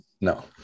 No